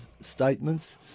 statements